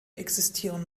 existieren